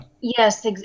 Yes